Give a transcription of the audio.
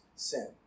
Sin